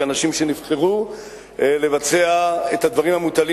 כאנשים שנבחרו לבצע את הדברים המוטלים